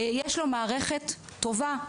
יש לו מערכת טובה,